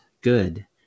good